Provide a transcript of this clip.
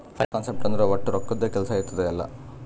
finance concept ಅಂದುರ್ ವಟ್ ರೊಕ್ಕದ್ದೇ ಕೆಲ್ಸಾ ಇರ್ತುದ್ ಎಲ್ಲಾ